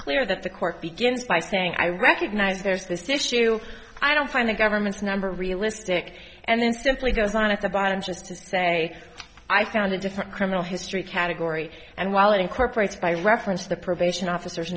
clear that the court begins by saying i recognize there's this issue i don't find the government's number realistic and instantly goes on at the bottom just to say i found a different criminal history category and while it incorporates by reference to the probation officer